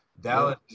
Dallas